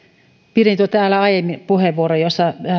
pidin täällä aiemmin puheenvuoron